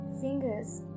Fingers